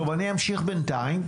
טוב, אני אמשיך בינתיים.